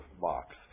box